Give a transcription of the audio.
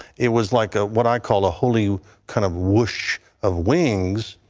it was like ah what i call a holy kind of whoosh of wings.